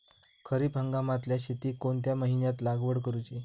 खरीप हंगामातल्या शेतीक कोणत्या महिन्यात लागवड करूची?